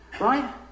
Right